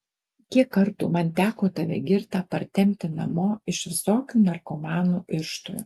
kiek kartų man teko tave girtą partempti namo iš visokių narkomanų irštvų